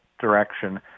direction